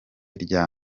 rya